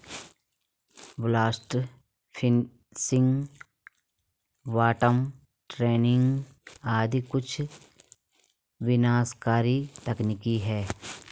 blast fishing, bottom trawling आदि कुछ विनाशकारी तकनीक है